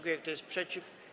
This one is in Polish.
Kto jest przeciw?